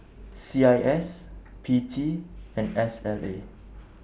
C I S P T and S L A